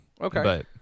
Okay